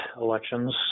elections